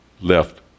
left